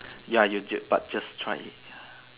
ya you but just try it ya